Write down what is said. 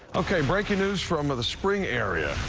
ok breaking news from of the spring area.